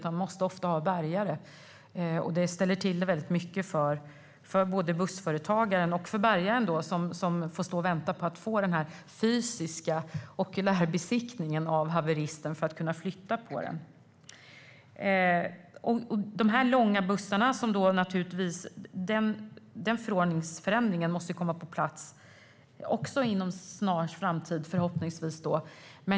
Man måste ofta ha bärgare, och det ställer till det väldigt mycket både för bussföretagaren och för bärgaren, som får stå och vänta på att få den fysiska okulärbesiktningen av haveristen för att kunna flytta på den. Förordningsförändringen kommer förhoppningsvis på plats inom en snar framtid.